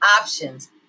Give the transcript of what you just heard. options